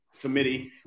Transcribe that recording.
committee